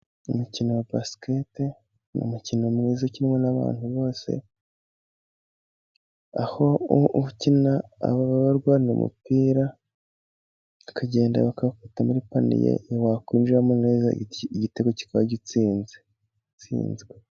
Umukino wa basikete nu mukino mwiza ukinywa n'abantu bose aho ukina baba barwanira umupira akagenda bakafata muripaniye wakwinjiramo neza igitego kikaba gitsinze yatsinzwe.